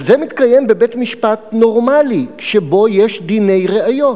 אבל זה מתקיים בבית-משפט נורמלי שבו יש דיני ראיות.